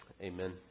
Amen